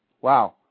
Wow